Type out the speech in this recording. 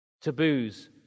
taboos